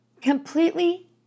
completely